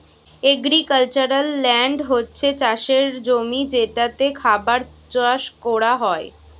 agricultural land হচ্ছে চাষের জমি যেটাতে খাবার চাষ কোরা হয়